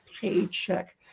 paycheck